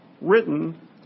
written